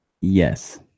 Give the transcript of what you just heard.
Yes